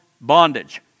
bondage